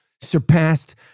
Surpassed